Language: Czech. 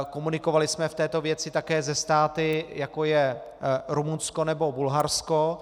Komunikovali jsme v této věci také se státy, jako je Rumunsko nebo Bulharsko.